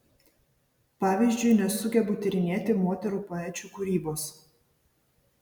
pavyzdžiui nesugebu tyrinėti moterų poečių kūrybos